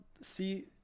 See